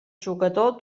jugador